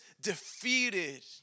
defeated